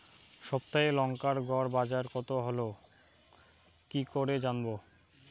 সপ্তাহে লংকার গড় বাজার কতো হলো কীকরে জানবো?